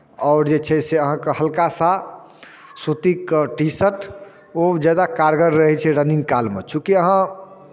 आओर जे छै से अहाँकेँ हल्का सा सूतीके टी शर्ट ओ ज्यादा कारगर रहै छै रनिंग कालमे चूँकि अहाँ